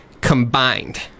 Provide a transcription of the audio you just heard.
combined